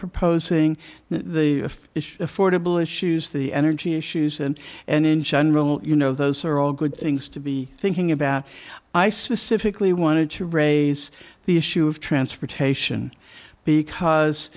proposing the if it's affordable issues the energy issues and and in general you know those are all good things to be thinking about i specifically wanted to raise the issue of transportation because